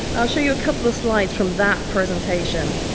i'll show you a couple of slides from that presentation.